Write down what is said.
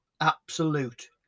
absolute